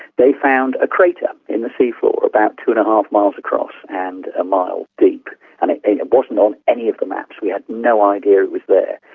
they found a crater in the sea floor, about two and a half miles across and a mile deep and it wasn't on any of the maps. we had no idea it was there.